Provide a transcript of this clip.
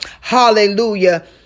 hallelujah